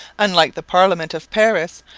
unlike the parliament of paris,